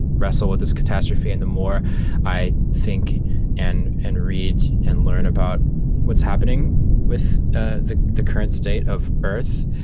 wrestle with this catastrophe? and the more i think and and read and learn about what's happening with ah the the current state of earth,